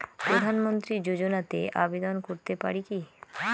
প্রধানমন্ত্রী যোজনাতে আবেদন করতে পারি কি?